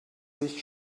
sich